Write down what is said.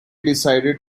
decided